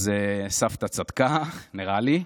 אז סבתא צדקה, נראה לי.